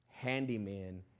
handyman